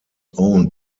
owned